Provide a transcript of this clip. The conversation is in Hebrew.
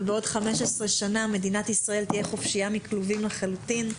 אבל בעוד 15 שנה מדינת ישראל תהיה חופשיה מכלובים לחלוטין,